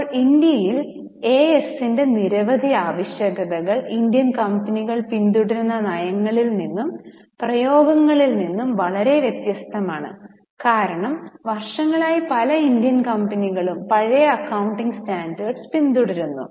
ഇപ്പോൾ ഇൻഡ്യൻ എഎസിന്റെ നിരവധി ആവശ്യകതകൾ ഇന്ത്യൻ കമ്പനികൾ പിന്തുടരുന്ന നയങ്ങളിൽ നിന്നും പ്രയോഗങ്ങളിൽ നിന്നും വളരെ വ്യത്യസ്തമാണ് കാരണം വർഷങ്ങളായി പല ഇന്ത്യൻ കമ്പനികളും പഴയ അക്കൌണ്ടിംഗ് സ്റ്റാൻഡേർഡ്സ് പിന്തുടരുന്നു